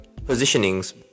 positionings